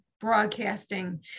broadcasting